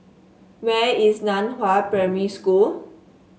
where is Nan Hua Primary School